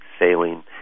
sailing